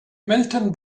milton